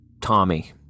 Tommy